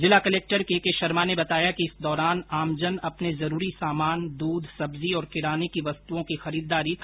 जिला collector K K Sharma ने बताया कि इस र्दोरान आमजन अपने जरूरी सामान दूध सब्जी और किराने की वस्तुओं की खरीददारी कर सकेंगे